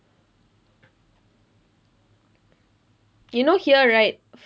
you know here right